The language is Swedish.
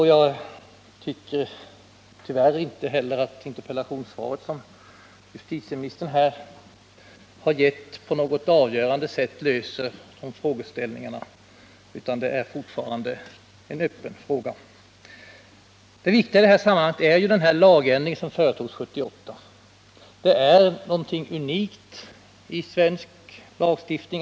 Jag tycker tyvärr inte heller att det interpellationssvar som justitieministern har avgett på något avgörande sätt belyser de frågeställningarna, utan det här är fortfarande en öppen fråga. Det viktiga i sammanhanget är den lagändring som företogs 1978.